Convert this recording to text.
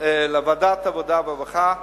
לוועדת העבודה והרווחה,